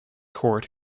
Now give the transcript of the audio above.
court